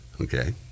Okay